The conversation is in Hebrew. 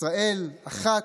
ישראל אחת,